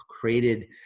created